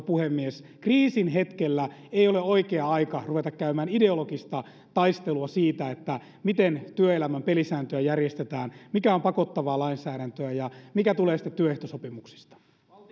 puhemies kriisin hetkellä ei ole oikea aika ruveta käymään ideologista taistelua siitä miten työelämän pelisääntöjä järjestetään mikä on pakottavaa lainsäädäntöä ja mikä tulee sitten työehtosopimuksista